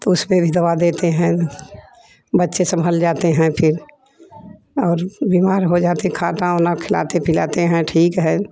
तो उसमें भी दवा देते हैं बच्चे सम्भल जाते है फिर और बीमार हो जाते है खाना उना खिलाते पिलाते हैं ठीक है